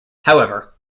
however